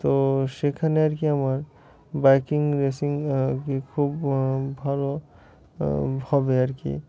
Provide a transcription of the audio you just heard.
তো সেখানে আর কি আমার বাইকিং রেসিং কি খুব ভালো হবে আর কি